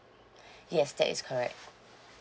yes that is correct